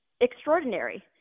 extraordinary